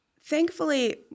Thankfully